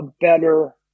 better